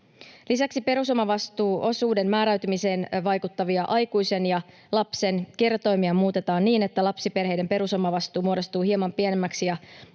Lisäksi perusomavastuuosuuden määräytymiseen vaikuttavia aikuisen ja lapsen kertoimia muutetaan niin, että lapsiperheiden perusomavastuu muodostuu hieman pienemmäksi